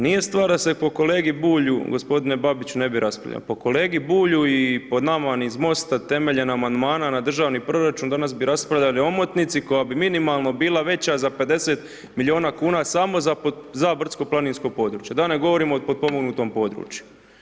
Nije stvar da se po kolegi Bulju, gospodine Babiću, ne bi raspravljalo, po kolegi Bulju i po nama iz MOST-a temeljem Amandmana na državni proračun danas bi raspravljali o omotnici koja bi minimalno bila veća za 50 milijuna kuna samo za brdsko planinsko područja, da ne govorimo o potpomognutom području.